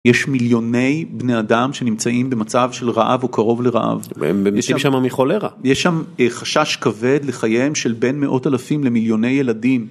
יש מיליוני בני אדם שנמצאים במצב של רעב או קרוב לרעב, יש שם חשש כבד לחייהם של בין מאות אלפים למיליוני ילדים.